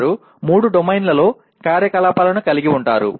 వారు మూడు డొమైన్లలో కార్యకలాపాలను కలిగి ఉంటారు